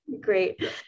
Great